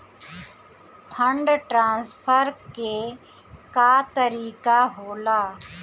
Fund transfer के का तरीका होला?